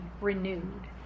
renewed